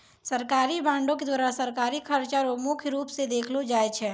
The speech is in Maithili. सरकारी बॉंडों के द्वारा सरकारी खर्चा रो मुख्य रूप स देखलो जाय छै